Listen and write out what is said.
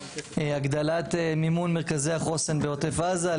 הגדלת מימון מרכזי החוסן בעוטף עזה,